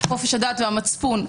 חופש הדת והמצפון,